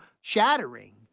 shattering